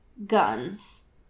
Guns